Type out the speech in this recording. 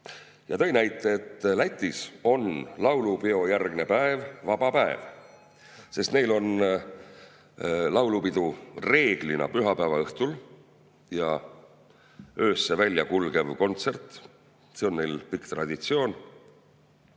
Ta tõi näite, et Lätis on laulupeojärgne päev vaba päev, sest neil on laulupidu reeglina pühapäeva õhtul ja öösse välja kulgev kontsert. See on neil pikk traditsioon.